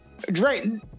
Drayton